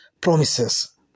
promises